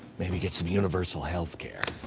maybe get some universal healthcare.